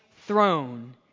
throne